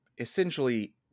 essentially